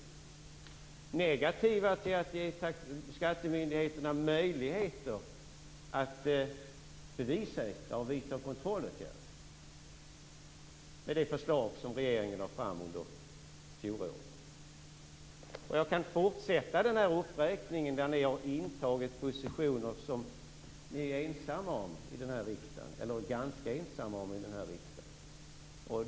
Ni är negativa till att ge skattemyndigheterna möjligheter att bevisa och vidta kontrollåtgärder, med det förslag som regeringen lade fram under fjolåret. Jag kan fortsätta den här uppräkningen av frågor där ni har intagit positioner som ni är ganska ensamma om här i riksdagen.